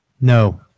No